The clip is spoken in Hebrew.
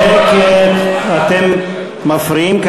נגד יובל שטייניץ,